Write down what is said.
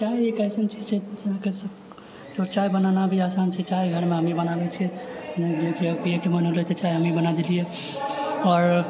चाय एक अइसन चीज छै जे अहाँकेँ जो चाय बनाना भी आसान छै चाय घरमे हमही बनाबैत छियै जेकरा पियैके मोन भेलै तऽ चाय हमही बना देलियै आओर